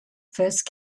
first